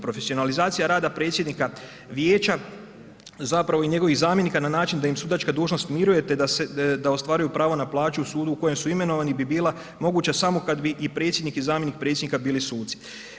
Profesionalizacija rada predsjednika vijeća zapravo i njegovih zamjenika na način da im sudačka dužnost miruje te da ostvaruju pravo na plaću u sudu u kojem su imenovani bi bila moguća samo kad bi i predsjednik i zamjenik predsjednika bili suci.